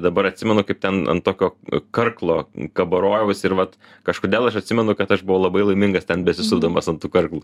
dabar atsimenu kaip ten ant tokio karklo kabarojaus ir vat kažkodėl aš atsimenu kad aš buvau labai laimingas ten besisupdamas ant tų karklų